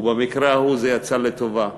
ובמקרה ההוא זה יצא לטובה,